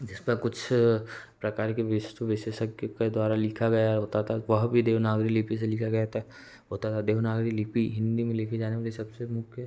जिस पर कुछ प्रकार के विशेषज्ञ के द्वारा लिखा गया होता था वह भी देवनागरी लिपि से लिखा गया था होता था देवनागरी लिपि हिन्दी में लिखी जाने वाली सब से मुख्य